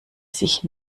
sich